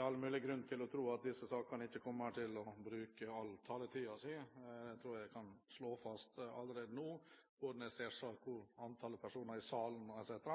all mulig grunn til å tro at en i disse sakene ikke kommer til å bruke hele taletiden. Det tror jeg at jeg kan slå fast allerede nå når jeg ser antallet personer i salen etc.